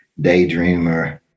daydreamer